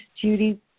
Judy